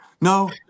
No